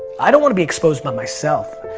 i don't want to be exposed by myself.